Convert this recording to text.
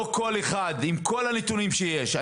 לא כל אחד עם כל הנתונים שיש.